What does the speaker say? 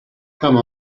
come